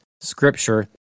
scripture